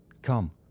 come